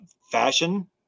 fashion